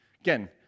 Again